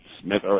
Smith